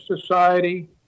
society